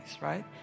right